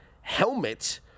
helmet